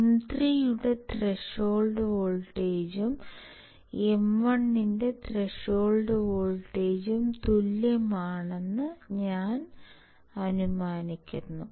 M3 യുടെ threshold വോൾട്ടേജും M1 ൻറെ ത്രെഷോൾഡ് വോൾട്ടേജും തുല്യമാണെന്നും ഞാൻ അനുമാനിക്കുന്നു